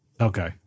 Okay